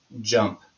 jump